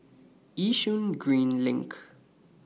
Yishun Green LINK